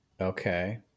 Okay